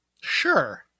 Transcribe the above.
Sure